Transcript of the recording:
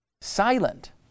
silent